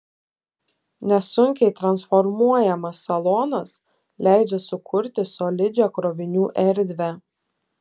nesunkiai transformuojamas salonas leidžia sukurti solidžią krovinių erdvę